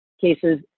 cases